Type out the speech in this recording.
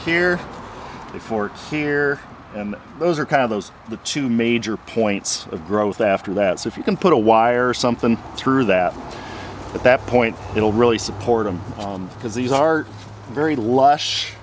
the forks here and those are kind of those the two major points of growth after that so if you can put a wire or something through that at that point it will really support him because these are very lush